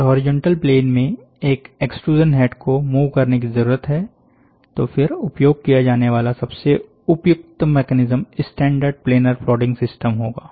अगर horizontal plane में एक एक्सट्रूजन हैड को मूव करने की जरूरत है तो फिर उपयोग किया जाने वाला सबसे उपयुक्त mechanism standard planar plotting system होगा